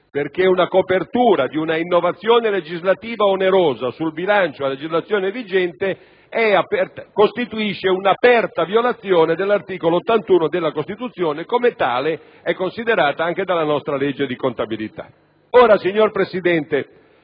perché la copertura di un'innovazione legislativa onerosa sul bilancio a legislazione vigente costituisce un'aperta violazione dell'articolo 81 della Costituzione e come tale è considerata anche dalla nostra legge di contabilità. Signor Presidente,